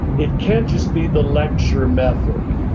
it can't just be the lecture method.